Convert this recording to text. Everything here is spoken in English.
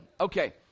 okay